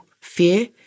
Fear